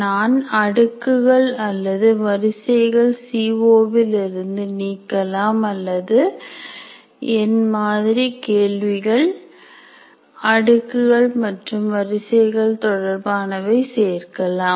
நான் அடுக்குகள் அல்லது வரிசைகளை சிஓ வில் இருந்து நீக்கலாம் அல்லது என் மாதிரி கேள்விகளில் அடுக்குகள் மற்றும் வரிசைகள் தொடர்பானவை சேர்க்கலாம்